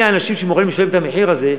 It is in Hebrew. האנשים האלה שמוכנים לשלם את המחיר הזה,